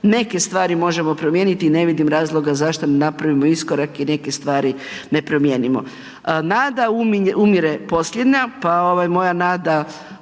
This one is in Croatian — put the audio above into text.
neke stvari možemo promijeniti i ne vidim razloga zašto ne napravimo iskorak i neke stvari ne promijenimo. Nada umire posljednja, pa ovaj moja nada